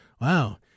wow